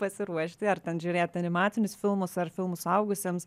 pasiruošti ar ten žiūrėt animacinius filmus ar filmus suaugusiems